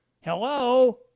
Hello